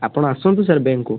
ଆପଣ ଆସନ୍ତୁ sir bank କୁ